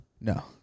No